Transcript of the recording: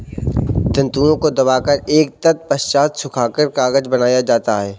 तन्तुओं को दबाकर एवं तत्पश्चात सुखाकर कागज बनाया जाता है